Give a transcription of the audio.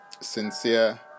sincere